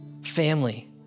family